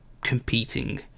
competing